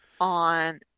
on